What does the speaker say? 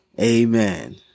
Amen